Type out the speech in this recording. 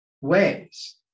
ways